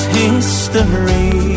history